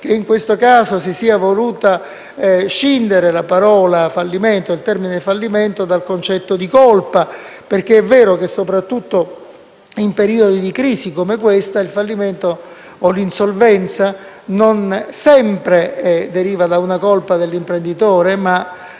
che, in questo caso, si sia voluto scindere il termine fallimento dal concetto di colpa, perché è vero che, soprattutto in periodi di crisi come questo, il fallimento o l'insolvenza non sempre derivano da una colpa dell'imprenditore, ma